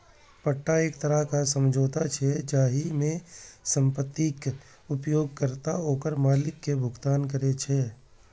पट्टा एक तरह समझौता छियै, जाहि मे संपत्तिक उपयोगकर्ता ओकर मालिक कें भुगतान करै छै